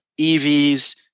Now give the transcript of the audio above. EV's